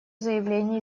заявление